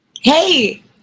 Hey